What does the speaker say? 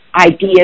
ideas